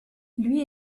lui